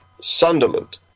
Sunderland